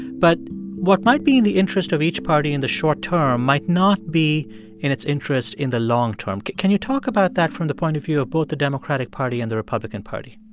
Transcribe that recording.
but what might be in the interest of each party party in the short term might not be in its interest in the long term. can you talk about that from the point of view of both the democratic party and the republican party?